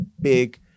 big